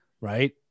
right